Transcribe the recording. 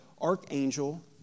archangel